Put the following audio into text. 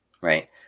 right